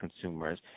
consumers